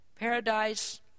Paradise